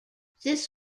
this